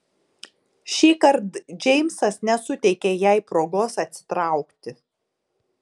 šįkart džeimsas nesuteikė jai progos atsitraukti